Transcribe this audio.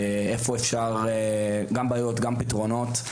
גם פתרונות.